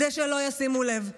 כדי שלא ישימו לב.